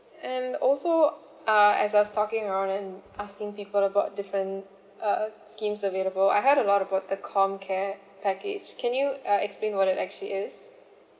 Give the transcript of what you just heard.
and also uh as I was talking around and asking people about different uh uh schemes available I heard a lot about the comcare package can you uh explain what it actually is